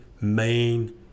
main